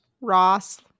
Ross